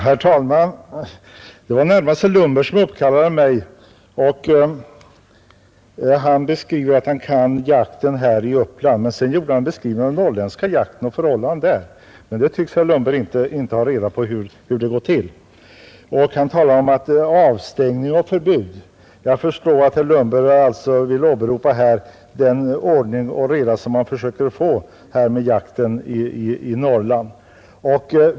Herr talman! Det var närmast herr Lundberg som uppkallade mig. Han sade att han kan jakten i Uppland och beskrev den. Men sedan gjorde han en beskrivning av den norrländska jakten och förhållandena i Norrland. Och där tycks herr Lundberg inte ha riktigt reda på hur det går till. Han talade om avstängning och förbud. Jag förstår att herr Lundberg därmed vill åberopa den ordning och reda som man försöker få på jakten i Norrland.